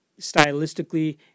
stylistically